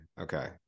okay